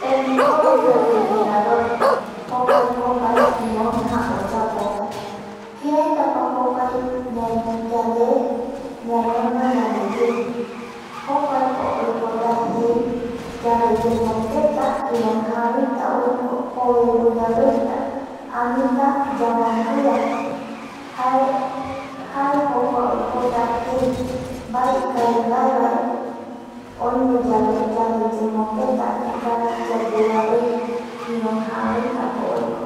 Tembiporu refrigerador jokuaeko mbae iroija oyapovae, kiraitapa jpkuae yande ñañono yandeye jokuaeko oipota jei yande yemongueta iroijaveita oiko oveveiaveita anita yamonguia jae jokua oipota jei yandeyemongueta ironja vei ta ko oiko